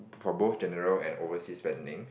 for both general and overseas spending